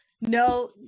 no